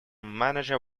manager